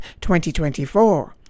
2024